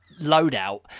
loadout